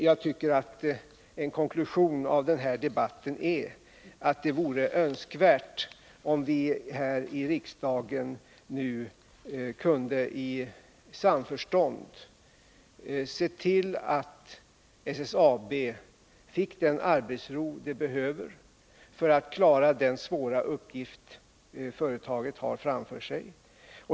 Jag tycker att en konklusion av den här debatten är att det vore önskvärt om vi häri riksdagen nu kunde i samförstånd se till att SSAB fick den arbetsro som behövs för att klara den svåra uppgift företaget har framför sig.